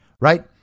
right